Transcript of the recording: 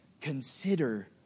Consider